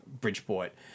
Bridgeport